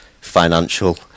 financial